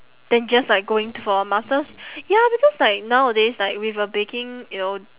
then just like going for a master's ya because like nowadays like with a baking you know